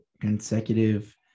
consecutive